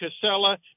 Casella